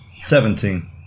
Seventeen